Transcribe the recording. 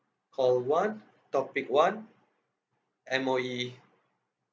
call one topic one M_O_E